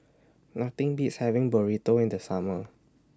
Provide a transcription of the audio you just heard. Nothing Beats having Burrito in The Summer